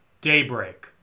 Daybreak